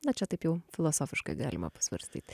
na čia taip jau filosofiškai galima pasvarstyt